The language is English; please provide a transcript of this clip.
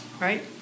Right